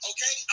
Okay